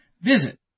visit